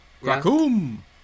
Raccoon